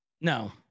no